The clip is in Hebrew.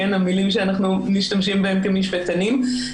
המילים שאנחנו משתמשים בהם כמשפטנים,